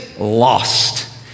lost